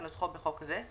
כנוסחו בחוק זה,